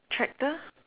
tractor